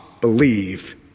believe